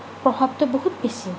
প্ৰভাৱটো বহুত বেছি